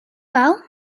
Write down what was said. well